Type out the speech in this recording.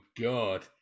God